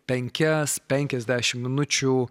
penkias penkiasdešimt minučių